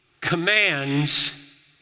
commands